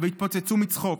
והתפוצצו מצחוק".